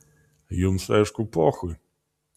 jums aišku pochui